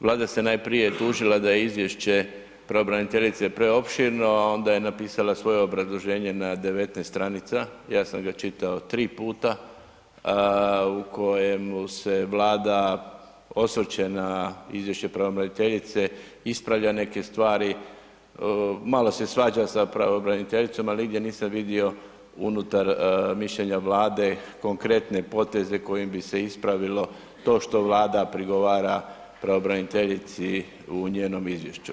Vlada se najprije tužila da je izvješće pravobraniteljice preopširno, a onda je napisala svoje obrazloženje na 19 stranica, ja sam ga čitao 3 puta u kojemu se Vlada osvrće na izvješće pravobraniteljice, ispravlja neke stvari, malo se svađa sa pravobraniteljicom ali nigdje nisam vidio unutar mišljenja Vlade konkretne poteze kojim bi se ispravilo to što Vlada prigovara pravobraniteljici u njenom izvješću.